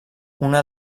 una